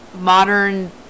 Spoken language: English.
modern